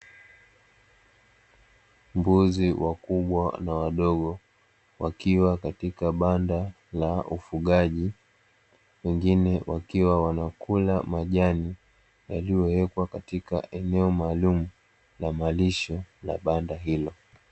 Mbuzi wakubwa na wadogo wakiwa katika banda la ufugaji wengine, wakiwa wanakula majani yaliyowekwa katika eneo maalum la malisho la banda hilo.